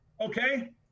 okay